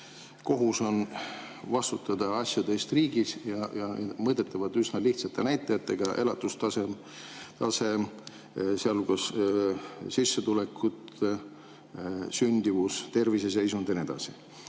kohus on vastutada asjade eest riigis ja need on mõõdetavad üsna lihtsate näitajatega: elatustase, sealhulgas sissetulekud, sündimus, terviseseisund ja